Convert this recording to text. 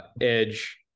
edge